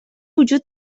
وجود